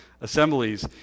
assemblies